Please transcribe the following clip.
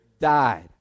died